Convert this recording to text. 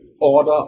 order